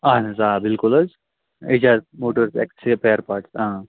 اَہَن حظ آ بِلکُل حظ Ijaz motors and spare parts